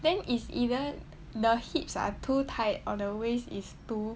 then is either the hips are too tight or the waist is too